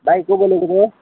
भाइ को बोल्नुभएको